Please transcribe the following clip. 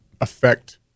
affect